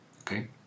okay